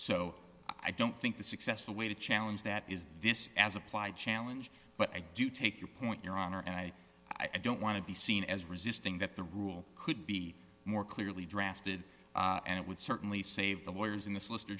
so i don't think the successful way to challenge that is this as applied challenge but i do take your point your honor and i i don't want to be seen as resisting that the rule could be more clearly drafted and it would certainly save the lawyers in th